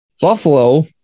Buffalo